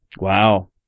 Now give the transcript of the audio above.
Wow